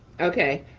okay,